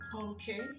Okay